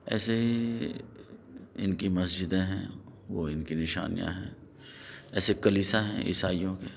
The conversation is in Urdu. ایسے ہی اِن کی مسجدیں ہیں وہ اِن کی نشانیاں ہیں ایسے کلیسا ہیں عیسائیوں کے